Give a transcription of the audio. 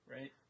right